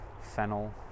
fennel